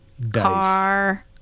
car